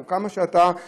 או כמה שאתה חושב,